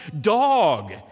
dog